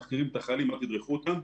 מתחקרים את החיילים במה תדרכו אותם,